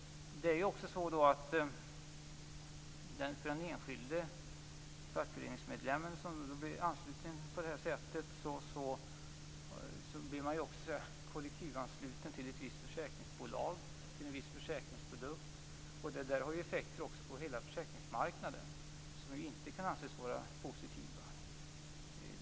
Det är fråga om en litet knepig konstruktion. Den enskilde fackföreningsmedlem som ansluts på det här sättet blir vidare kollektivansluten till ett visst försäkringsbolag och till en viss försäkringsprodukt. Detta har effekter på hela försäkringsmarknaden som inte kan anses vara positiva.